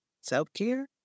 Self-care